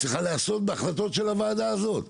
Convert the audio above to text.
צריכים להיעשות בהחלטות של הוועדה הזאת,